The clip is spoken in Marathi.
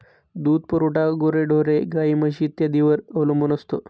दूध पुरवठा गुरेढोरे, गाई, म्हशी इत्यादींवर अवलंबून असतो